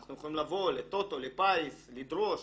אנחנו יכולים לבוא לטוטו, לפיס, לדרוש.